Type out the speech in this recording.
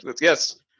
yes